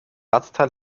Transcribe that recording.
ersatzteil